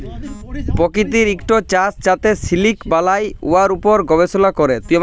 পাকিতিক ইকট চাষ যাতে সিলিক বালাই, উয়ার উপর গবেষলা ক্যরে